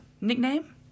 Nickname